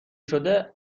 شده